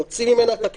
הוא יוציא ממנה את הכסף?